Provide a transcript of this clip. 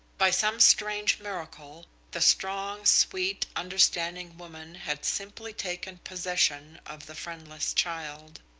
by some strange miracle, the strong, sweet, understanding woman had simply taken possession of the friendless child.